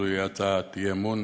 זוהי הצעת אי-אמון.